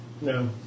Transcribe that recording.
No